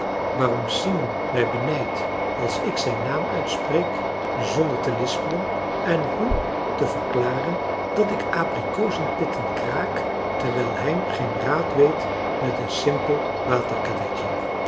waarom simon mij benijdt als ik zijn naam uitspreek zonder te lispelen en hoe te verklaren dat ik abrikozenpitten kraak terwijl hein geen raad weet met een simpel